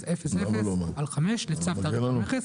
93.04.002000/5 לצו תעריף המכס,